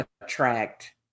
attract